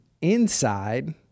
inside